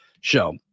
show